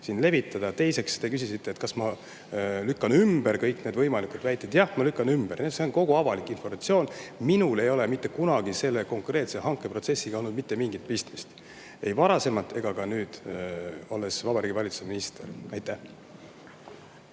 siin levitada. Ja teiseks, te küsisite, kas ma lükkan ümber kõik need võimalikud väited. Jah, ma lükkan ümber, see on kogu avalik informatsioon. Minul ei ole mitte kunagi selle konkreetse hankeprotsessiga olnud mitte mingit pistmist, ei varasemalt ega ka nüüd, kui ma olen Vabariigi Valitsuse minister. Aitäh,